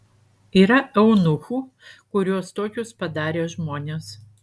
yra eunuchų kuriuos tokius padarė žmonės